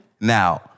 Now